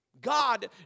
God